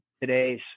today's